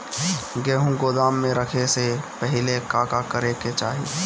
गेहु गोदाम मे रखे से पहिले का का करे के चाही?